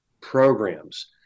programs